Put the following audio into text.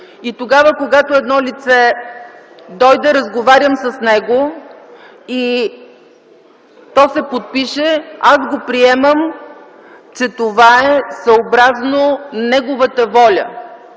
такива. Когато едно лице дойде, разговарям с него и то се подпише, аз приемам, че това е съобразно неговата воля.